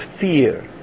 fear